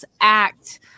act